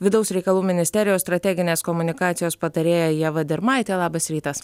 vidaus reikalų ministerijos strateginės komunikacijos patarėja ieva dirmaitė labas rytas